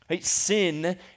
Sin